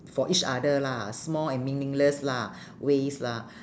for each other lah small and meaningless lah ways lah